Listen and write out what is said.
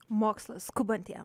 mokslas skubantiem